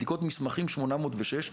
בדיקות מסמכים 806,